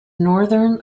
northern